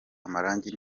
amarangi